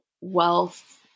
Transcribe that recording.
wealth